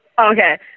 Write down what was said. Okay